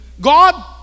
God